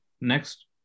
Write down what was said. next